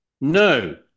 No